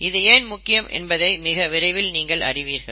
இது ஏன் முக்கியம் என்பதை மிக விரைவில் நீங்கள் அறிவீர்கள்